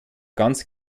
ganz